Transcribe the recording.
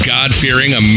God-fearing